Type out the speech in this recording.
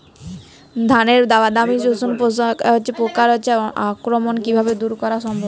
ধানের বাদামি শোষক পোকার আক্রমণকে কিভাবে দূরে করা সম্ভব?